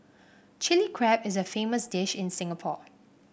Chilli Crab is a famous dish in Singapore